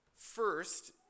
First